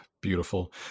Beautiful